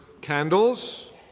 candles